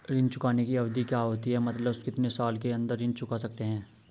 ऋण चुकाने की अवधि क्या होती है मतलब कितने साल के अंदर ऋण चुका सकते हैं?